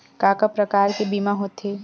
का का प्रकार के बीमा होथे?